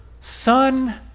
son